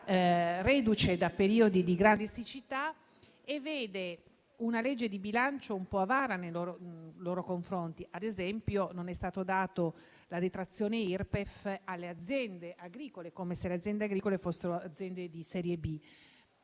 una legge di bilancio un po' avara nei suoi confronti. Ad esempio, non è stata concessa la detrazione Irpef alle aziende agricole, come se le aziende agricole fossero di serie B.